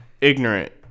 ignorant